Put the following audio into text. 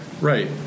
right